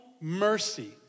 mercy